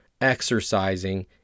exercising